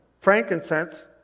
Frankincense